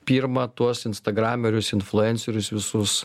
pirma tuos instagramerius influencerius visus